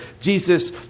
Jesus